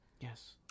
Yes